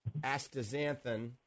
astaxanthin